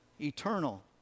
eternal